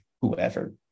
whoever